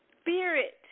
Spirit